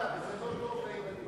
זה מסוכן לילדים,